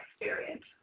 experience